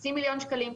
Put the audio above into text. חצי מיליון שקלים?